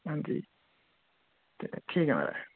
हांजी चलो ठीक ऐ माराज